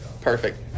Perfect